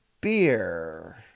beer